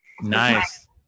Nice